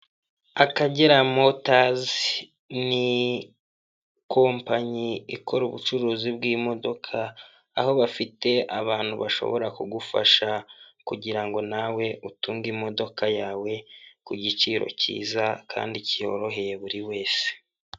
Akagera motazi ni kompanyi ikora ubucuruzi bw'imodoka, aho bafite abantu bashobora kugufasha kugira ngo nawe utunge imodoka yawe, ku giciro cyiza kandi cyoroheye buri wese.